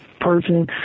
person